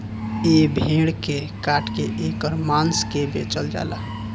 ए भेड़ के काट के ऐकर मांस के बेचल जाला